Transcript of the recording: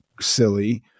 silly